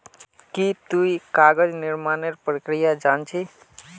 की तुई कागज निर्मानेर प्रक्रिया जान छि